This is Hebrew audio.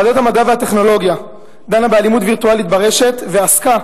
ועדת המדע והטכנולוגיה דנה באלימות וירטואלית ברשת ועסקה